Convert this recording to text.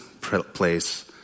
place